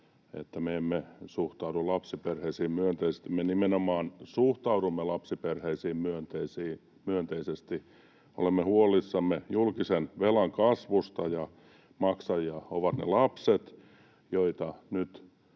Me nimenomaan suhtaudumme lapsiperheisiin myönteisesti. Olemme huolissamme julkisen velan kasvusta, ja sen maksajia ovat ne lapset, joita nyt